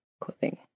clothing